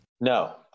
No